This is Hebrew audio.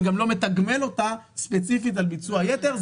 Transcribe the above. אני גם לא מתגמל אותה ספציפית על ביצוע יותר.